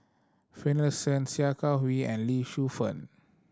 Finlayson Sia Kah Hui and Lee Shu Fen